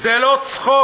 זה לא צחוק,